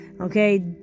Okay